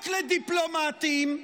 רק לדיפלומטים,